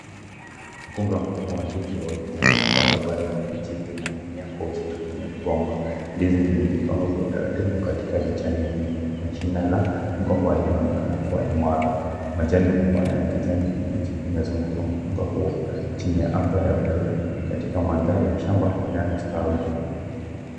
Mkunga mkubwa wa ndizi wa kijani ambazo bado ni mbichi zinaning'inia kwa uzito kwenye mgomba. Ndizi zimejipanga kwa utaratibu katika vichane vingi, na shina la mgomba linaonekana kuwa imara. Majani mapana ya kijani kibichi yanazunguka mkunga huo chini ya anga la blue, katika mandhari ya shamba linalostawi.